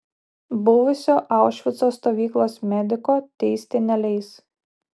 buvusio aušvico stovyklos mediko teisti neleis